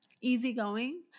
easygoing